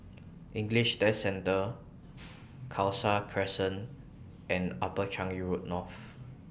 English Test Centre Khalsa Crescent and Upper Changi Road North